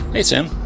hey, sam.